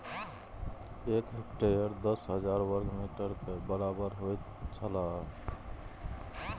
एक हेक्टेयर दस हजार वर्ग मीटर के बराबर होयत छला